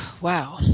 Wow